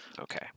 Okay